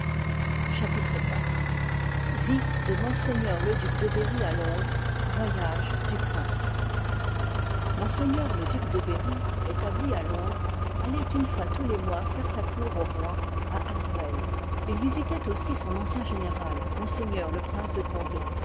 chapitre iv yïe de ms le duc de berry à londres jojages du prince m'leducdebcrry établi à londres allait une foistous les mois faire sa cour au roi à ïlartwel il visitoit aussi son ancien gënëral m le prince de condé